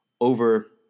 over